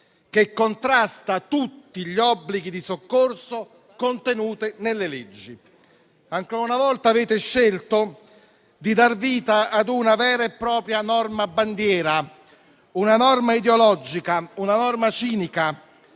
che contrasta tutti gli obblighi di soccorso contenuti nelle leggi. Ancora una volta avete scelto di dar vita ad una vera e propria norma bandiera, una norma ideologica, cinica,